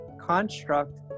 construct